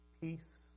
peace